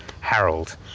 Harold